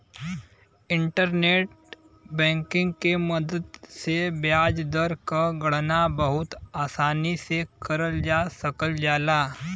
internet banking के मदद से ब्याज दर क गणना बहुत आसानी से करल जा सकल जाला